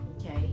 okay